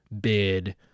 bid